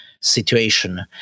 situation